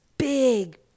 big